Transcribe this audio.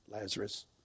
Lazarus